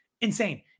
Insane